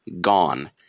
gone